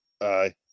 Aye